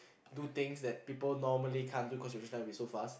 do things that people normally can't do cause you're just gonna be so fast